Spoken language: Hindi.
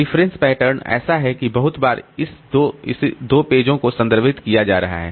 रिफरेंस पैटर्न ऐसा है कि बहुत बार इस दो पेजों को संदर्भित किया जा रहा है